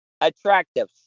attractive